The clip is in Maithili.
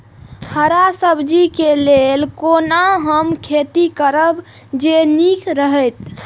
हरा सब्जी के लेल कोना हम खेती करब जे नीक रहैत?